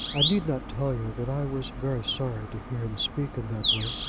i need not tell you that i was very sorry to hear him speak in that way.